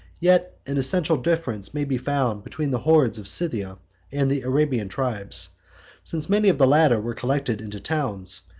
yet an essential difference may be found between the hordes of scythia and the arabian tribes since many of the latter were collected into towns,